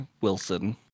Wilson